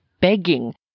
begging